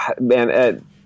man